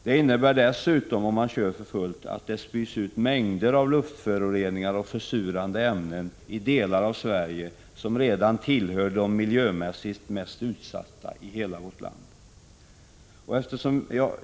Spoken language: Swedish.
Om oljekraftverken körs för fullt spys det dessutom ut mängder av luftföroreningar och försurande ämnen i delar av Sverige som redan tillhör de miljömässigt mest utsatta i hela vårt land.